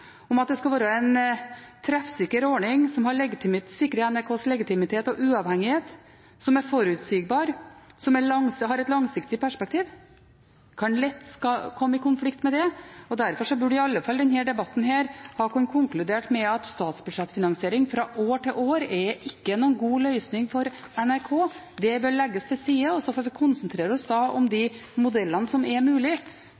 at det skal være en treffsikker ordning, en ordning som sikrer NRKs legitimitet og uavhengighet, som er forutsigbar, og som har et langsiktig perspektiv. Det kan lett komme i konflikt med det, og derfor burde iallfall denne debatten ha kunnet konkludere med at statsbudsjettfinansiering fra år til år ikke er noen god løsning for NRK. Det bør legges til side, og så får vi konsentrere oss om